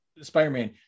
Spider-Man